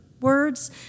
words